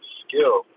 skill